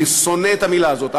אני שונא את המילה הזאת,